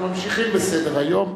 אנחנו ממשיכים בסדר-היום,